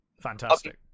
fantastic